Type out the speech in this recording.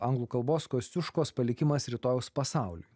anglų kalbos kosciuškos palikimas rytojaus pasauliui